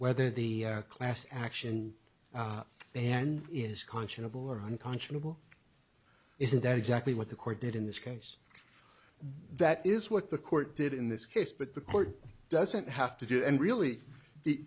whether the class action and is conscionable or unconscionable isn't that exactly what the court did in this case that is what the court did in this case but the court doesn't have to do and really